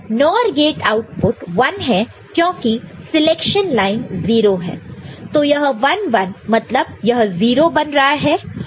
NOR gate output 1 है क्योंकि selection lines 0 है तो यह 1 1 मतलब यह 0 बन रहा है